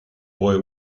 boy